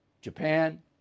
Japan